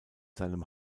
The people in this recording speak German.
seinem